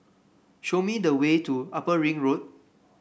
show me the way to Upper Ring Road